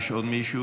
יש עוד מישהו?